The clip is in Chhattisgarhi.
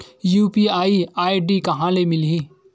यू.पी.आई आई.डी कहां ले मिलही?